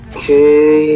Okay